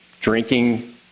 drinking